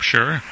Sure